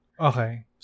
Okay